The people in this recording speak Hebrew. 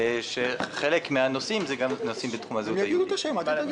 כשחלק מהנושאים הם גם נושאים בתחום הזהות היהודית.